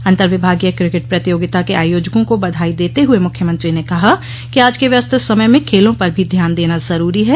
अन्तर्विभागीय िक्र के ट प्रतियोगिता के आयोजकों को बधाई देते हुए मुख्यमंत्री ने कहा कि आज के व्यस्त समय में खेलों पर भी ध्यान देना जरूरी है